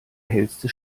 hellste